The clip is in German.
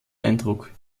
eindruck